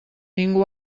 ningú